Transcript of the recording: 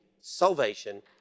salvation